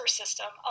system